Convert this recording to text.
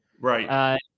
right